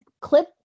Clip